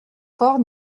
fort